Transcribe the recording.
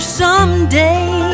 someday